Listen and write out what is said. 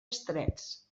estrets